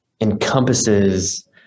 encompasses